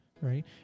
right